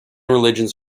religions